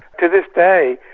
to this day,